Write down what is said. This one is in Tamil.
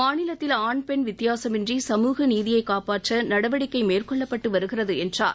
மாநிலத்தில் ஆண் பெண் வித்தியாசுமின்றி சமூக நீதியைக் காப்பாற்ற நடவடிக்கை மேற்கொள்ளப்பட்டு வருகிறது என்றார்